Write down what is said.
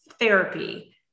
therapy